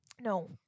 No